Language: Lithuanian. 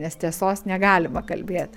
nes tiesos negalima kalbėt